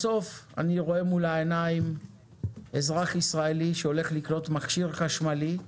בסוף אני רואה מול העיניים אזרח ישראלי שהולך לקנות מכשיר חשמלי,